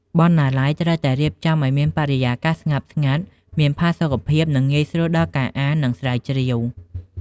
បណ្ណាល័យត្រូវតែរៀបចំឱ្យមានបរិយាកាសស្ងប់ស្ងាត់ មានផាសុកភាព និងងាយស្រួលដល់ការអាន និងស្រាវជ្រាវ។